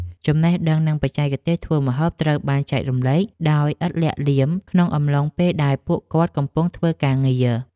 ចំណេះដឹងនិងបច្ចេកទេសធ្វើម្ហូបត្រូវបានចែករំលែកដោយឥតលាក់លៀមក្នុងអំឡុងពេលដែលពួកគាត់កំពុងធ្វើការងារ។